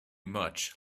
much